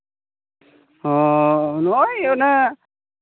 ᱱᱚᱜᱼᱚᱸᱭ ᱚᱱᱮ